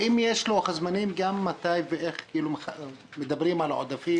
האם יש לוח זמנים גם מתי ואיך כשמדברים על העודפים,